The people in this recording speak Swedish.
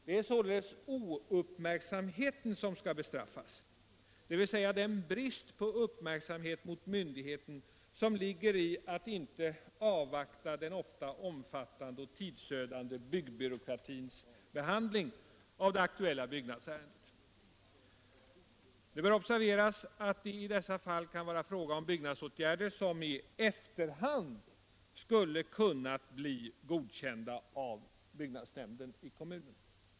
Det är således ouppmärksamheten som skall bestraffas, dvs. den brist på uppmärksamhet mot myndigheten som ligger i att inte avvakta den ofta omfattande och tidsödande byggbyråkratins behandling av det aktuella byggnadsärendet. Det bör observeras att det i dessa fall kan vara fråga om byggnadsåtgärder som i efterhand skulle kunna bli godkända av byggnadsnämnden I kommunen.